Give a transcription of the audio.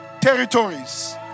territories